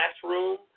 Classroom